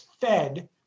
fed